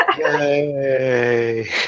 Yay